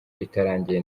itarangiye